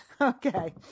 Okay